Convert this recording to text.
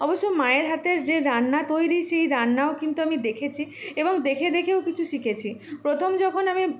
অবশ্য মায়ের হাতের যে রান্না তৈরি সেই রান্নাও কিন্তু আমি দেখেছি এবং দেখে দেখেও কিছু শিখেছি প্রথম যখন আমি